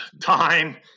Time